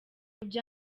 ivyo